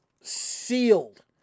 sealed